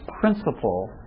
principle